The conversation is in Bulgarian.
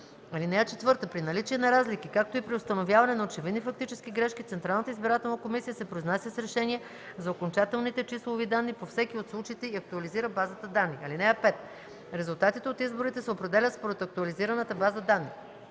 от страната. (4) При наличие на разлики, както и при установяване на очевидни фактически грешки, Централната избирателна комисия се произнася с решение за окончателните числови данни по всеки от случаите и актуализира базата данни. (5) Резултатите от изборите се определят според актуализираната база данни.